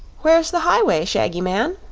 where's the highway, shaggy man?